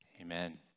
amen